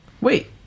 Wait